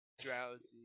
Drowsy